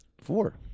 Four